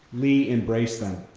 lee embraced them.